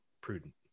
prudent